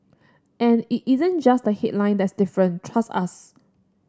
and it isn't just the headline that's different trust us